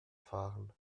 fahren